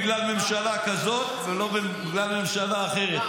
-- לא בגלל ממשלה כזאת ולא בגלל ממשלה אחרת.